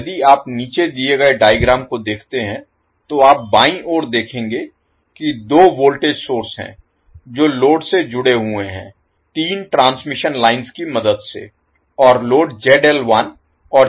तो यदि आप नीचे दिए गए डायग्राम को देखते हैं तो आप बाईं ओर देखेंगे कि दो वोल्टेज सोर्स हैं जो लोड से जुड़े हुए हैं तीन ट्रांसमिशन लाइन्स की मदद से और लोड और जुड़े हुए हैं